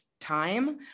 time